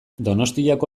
donostiako